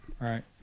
Right